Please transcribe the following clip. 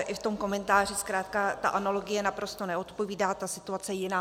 I v tom komentáři zkrátka ta analogie naprosto neodpovídá, ta situace je jiná.